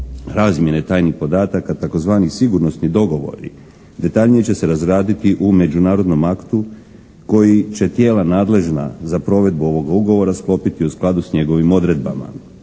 razmjene tajnih podataka tzv. sigurnosni dogovori detaljnije će se razraditi u međunarodnom aktu koji će tijela nadležna za provedbu ovog ugovora sklopiti u skladu s njegovim odredbama.